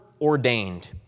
ordained